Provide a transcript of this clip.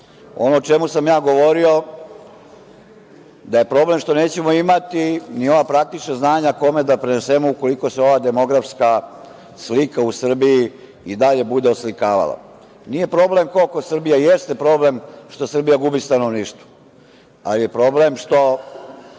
itd. Ono o čemu sam govorio jeste da je problem što nećemo imati ni ova praktična znanja kome da prenesemo ukoliko se ova demografska slika u Srbiji i dalje bude oslikavala. Nije problem koliko Srbija, jeste problem što Srbija gubi stanovništvo, ali je problem što